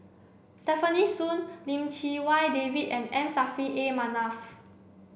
Stefanie Sun Lim Chee Wai David and M Saffri A Manaf